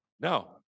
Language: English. No